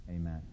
Amen